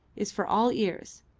is for all ears.